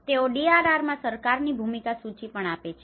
અને તેઓ DRRમાં સરકારની ભૂમિકાની સૂચિ પણ આપે છે